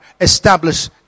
Establish